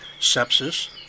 sepsis